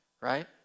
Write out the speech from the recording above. right